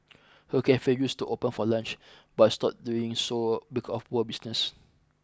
her cafe used to open for lunch but stopped doing so because of poor business